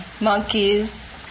monkeys